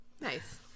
nice